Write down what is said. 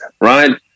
right